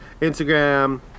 Instagram